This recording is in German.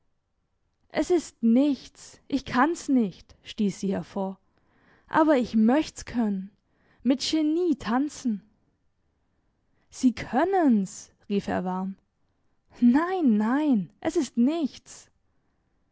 es ist nichts ich kann's nicht stiess sie hervor aber ich möcht's können mit genie tanzen sie können's rief er warm nein nein es ist nichts